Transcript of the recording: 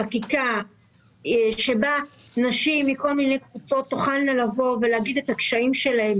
חקיקה שבה נשים מכל מיני קבוצות תוכלנה לבוא ולהגיד את הקשיים שלהן